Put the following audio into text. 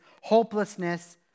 hopelessness